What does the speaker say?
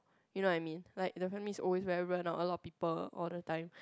you know what I mean like the family is always very 热闹:renao a lot of people all the time